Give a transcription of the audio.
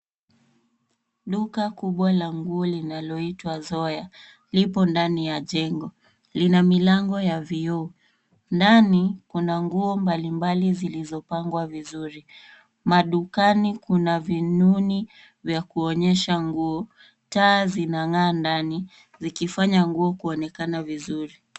Duka kubwa la nguo linaloitwa Zoya, lipo ndani ya jengo. Lina milango ya vioo. Ndani kuna nguo mbalimbali zilizopangwa vizuri. Madukani kuna vinuni vya kuonyesha nguo. Taa zinang'aa ndani zikifanya nguo kuonekana vizuri.